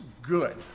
Good